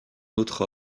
autre